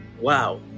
Wow